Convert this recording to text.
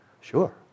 Sure